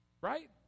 Right